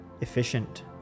efficient